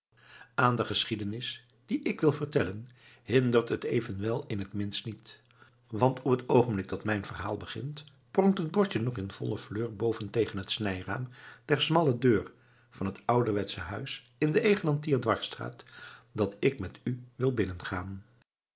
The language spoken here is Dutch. aan de geschiedenis die ik wil vertellen hindert het evenwel in het minst niet want op het oogenblik dat mijn verhaal begint pronkt het bordje nog in volle fleur boven tegen het snijraam der smalle deur van het ouderwetsche huis in de egelantiersdwarsstraat dat ik met u wil binnengaan